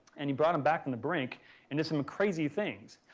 and he brought em back on the brink and did some crazy things.